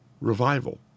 revival